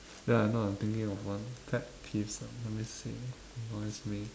ya no I'm thinking of one pet peeves ah let me see annoys me